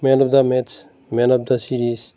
men of the match man of the series